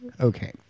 Okay